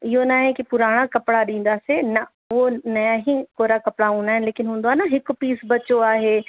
इहो नाहे कि पुराणा कपिड़ा ॾींदासीं न उहो नवां ही कोरा कपिड़ा हूंदा आहिनि लेकिनि हूंदो आहे न हिकु पीस बचो आहे